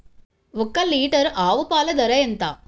ఒక్క లీటర్ ఆవు పాల ధర ఎంత?